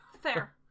Fair